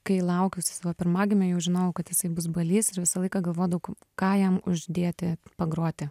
kai laukiausi savo pirmagimio jau žinojau kad jisai bus balys ir visą laiką galvodavau k ką jam uždėti pagroti